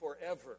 forever